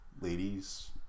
ladies